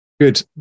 Good